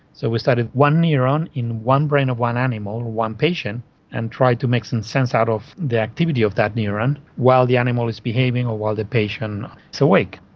so we studied one neuron in one brain of one animal or one patient and tried to make some sense out of the activity of that neuron, while the animal is behaving or while the patient is so awake.